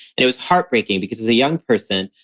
it was heartbreaking because as a young person,